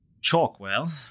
Chalkwell